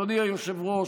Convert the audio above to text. אדוני היושב-ראש,